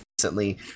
recently